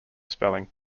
spelling